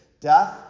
Death